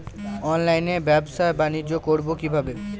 অনলাইনে ব্যবসা বানিজ্য করব কিভাবে?